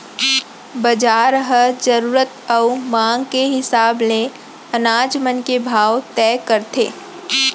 बजार ह जरूरत अउ मांग के हिसाब ले अनाज मन के भाव तय करथे